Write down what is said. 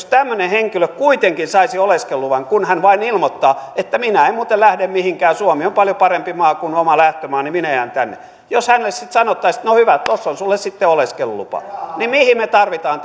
tämmöinen henkilö kuitenkin saisi oleskeluluvan kun hän vain ilmoittaa että minä en muuten lähde mihinkään ja suomi on paljon parempi maa kuin oma lähtömaa ja minä jään tänne ja jos hänelle sitten sanottaisiin että no hyvä tuossa on sinulle sitten oleskelulupa niin mihin me tarvitsemme